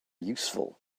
useful